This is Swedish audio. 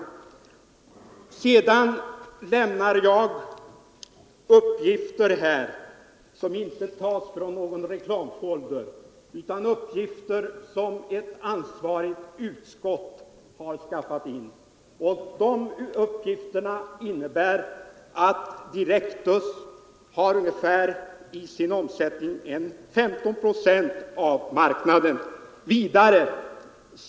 De uppgifter jag lämnade här har inte tagits från någon reklamfolder, utan det är uppgifter som ett ansvarigt utskott har skaffat in. De uppgifterna säger att Direktus i sin omsättning har ungefär 15 procent av marknaden.